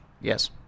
Yes